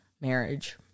marriage